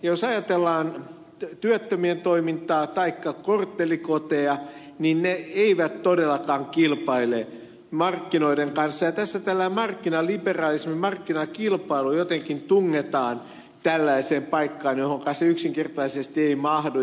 jos ajatellaan työttömien toimintaa taikka korttelikoteja niin ne eivät todellakaan kilpaile markkinoiden kanssa ja tässä tällainen markkinaliberalismi markkinakilpailu jotenkin tungetaan paikkaan johonka se yksinkertaisesti ei mahdu